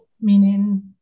meaning